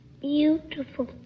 beautiful